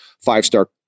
five-star